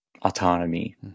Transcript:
Autonomy